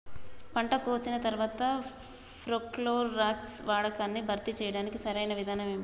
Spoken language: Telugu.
పంట కోసిన తర్వాత ప్రోక్లోరాక్స్ వాడకాన్ని భర్తీ చేయడానికి సరియైన విధానం ఏమిటి?